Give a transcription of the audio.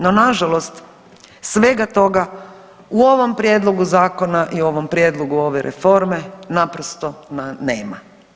No nažalost svega toga u ovom prijedlogu zakona i ovom prijedlogu ove reforme naprosto nema.